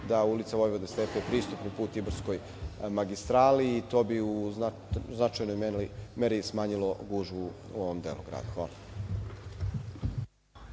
je Ulica Vojvode Stepe pristupni put Ibarskoj magistrali i to bi u značajnoj meri smanjilo gužbu u ovom delu grada. Hvala.